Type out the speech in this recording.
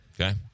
Okay